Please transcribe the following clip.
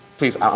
please